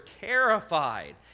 terrified